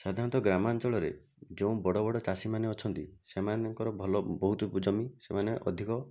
ସାଧାରଣତଃ ଗ୍ରାମାଞ୍ଚଳରେ ଯେଉଁ ବଡ଼ ବଡ଼ ଚାଷୀମାନେ ଅଛନ୍ତି ସେମାନଙ୍କର ଭଲ ବହୁତ ଜମି ସେମାନେ ଅଧିକ